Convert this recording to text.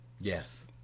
yes